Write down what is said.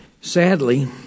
Sadly